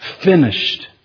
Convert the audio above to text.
finished